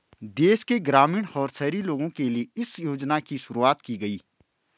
देश के ग्रामीण और शहरी लोगो के लिए इस योजना की शुरूवात की गयी